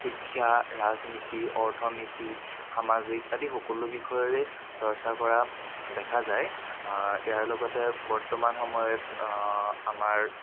শিক্ষা ৰাজনীতি অৰ্থনীতি সামাজিক আদি সকলো বিষয়ৰেই চৰ্চা কৰা দেখা যায় ইয়াৰ লগতে বৰ্তমান সময়ত আমাৰ